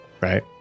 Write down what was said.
right